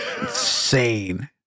Insane